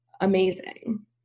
amazing